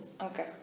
Okay